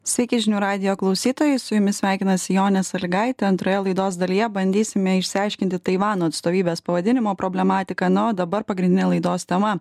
sveiki žinių radijo klausytojai su jumis sveikinasi jonė sąlygaitė antroje laidos dalyje bandysime išsiaiškinti taivano atstovybės pavadinimo problematiką na o dabar pagrindinė laidos tema